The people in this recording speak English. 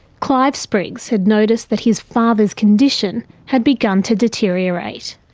clive spriggs had noticed that his father's condition had begun to deteriorate.